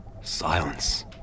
Silence